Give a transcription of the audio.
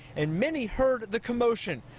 and many heard the commotion.